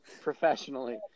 Professionally